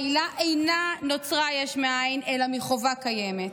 העילה לא נוצרה יש מאין אלא מחובה קיימת.